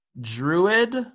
Druid